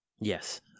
yes